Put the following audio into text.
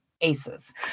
aces